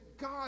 god